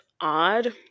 odd